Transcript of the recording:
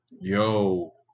Yo